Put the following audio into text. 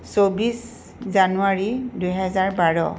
চৌব্বিছ জানুৱাৰী দুহেজাৰ বাৰ